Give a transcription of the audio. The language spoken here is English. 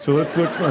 so let's look